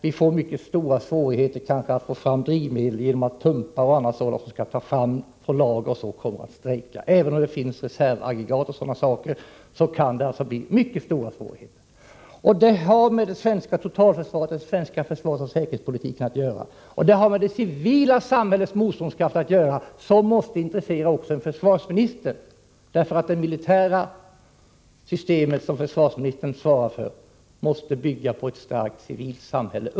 Det blir kanske mycket stora svårigheter att få fram drivmedel genom att pumpar och anordningar för att ta fram materiel från lager osv. kommer att strejka. Även om det finns reservaggregat kan det alltså bli mycket stora svårigheter. Detta har med det svenska totalförsvaret och den svenska säkerhetspolitiken att göra. Och det har med det civila samhällets motståndskraft att göra, vilket måste intressera också en försvarsminister. Det militära systemet, som försvarsministern svarar för, måste bygga på ett starkt civilt samhälle.